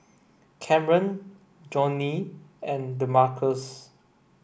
Camren Johny and Demarcus